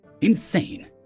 Insane